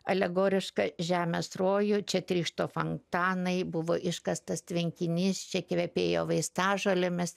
alegorišką žemės rojų čia trykšta fontanai buvo iškastas tvenkinys čia kvepėjo vaistažolėmis